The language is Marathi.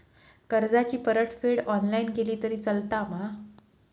कर्जाची परतफेड ऑनलाइन केली तरी चलता मा?